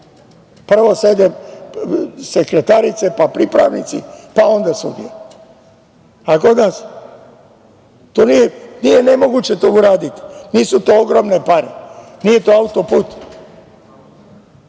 Prvo sede sekretarice, pa pripravnici pa onda sudije, a kod nas? To nije nemoguće uraditi. Nisu to ogromne pare. Nije to autoput.